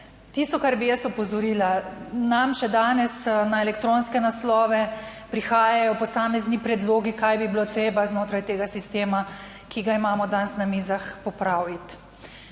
Tisto, kar bi jaz opozorila, nam še danes na elektronske naslove prihajajo posamezni predlogi, kaj bi bilo treba znotraj tega sistema ki ga imamo danes na mizah popraviti.